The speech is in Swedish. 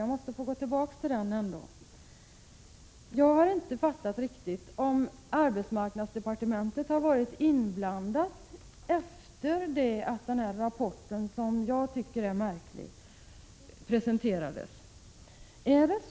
Jag måste få gå tillbaka till den. Jag har inte fattat riktigt om arbetsmarknadsdepartementet har varit inblandat efter det att rapporten, som jag tycker är märklig, presenterades.